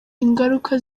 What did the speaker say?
ingaruka